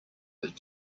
but